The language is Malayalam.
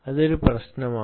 അതൊരു പ്രശ്നമാണ്